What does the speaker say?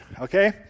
okay